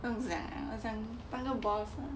不用想啊我想当一个 boss